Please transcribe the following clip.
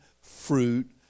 fruit